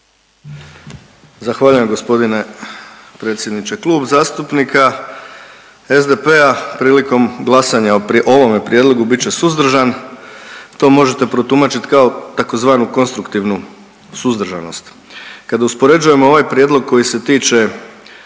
Zahvaljujem gospodine predsjedniče. Klub zastupnika SDP-a prilikom glasanja o ovome prijedlogu bit će suzdržan. To možete protumačiti kao tzv. konstruktivnu suzdržanost. Kada uspoređujemo ovaj prijedlog koji se tiče